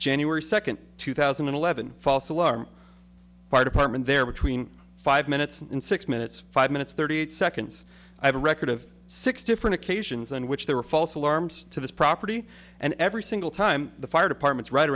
january second two thousand and eleven false alarm fire department there between five minutes and six minutes five minutes thirty eight seconds i have a record of six different occasions in which there were false alarms to this property and every single time the fire department's right